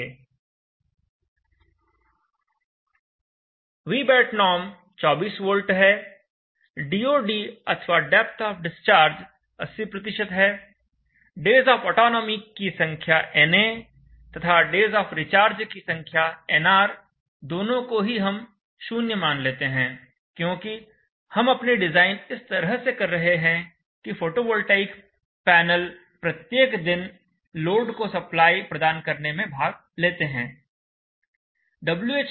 Vbat nom 24 V है DOD अथवा depth of discharge 80 है डेज ऑफ़ ऑटोनॉमी की संख्या na तथा डेज ऑफ़ रिचार्ज की संख्या nr दोनों को ही हम 0 मान लेते हैं क्योंकि हम अपनी डिजाइन इस तरह से कर रहे हैं कि फोटोवोल्टाइक पैनल प्रत्येक दिन लोड को सप्लाई प्रदान करने में भाग लेते हैं